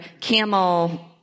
camel